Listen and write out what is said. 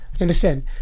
understand